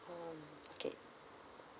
um okay